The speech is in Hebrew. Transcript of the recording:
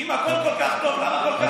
אם הכול כל כך טוב, למה כל כך רע?